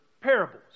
parables